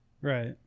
Right